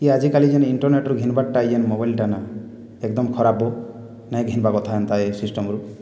ଇ ଆଜିକାଲି ଯେନ୍ ଇଣ୍ଟରନେଟ୍ରୁ ଘିନ୍ବାର୍ ଟା ଇ ମୋବାଇଲଟା ନା ଏକ୍ଦମ୍ ଖରାପ୍ ବୋ ନାଇ ଘିନ୍ବା କଥା ଏନ୍ତା ଏଇ ସିଷ୍ଟମ୍ରୁ